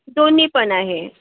दोन्ही पण आहे